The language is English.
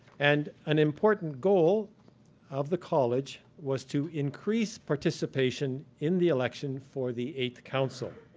and an important goal of the college was to increase participation in the election for the eighth council.